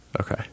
Okay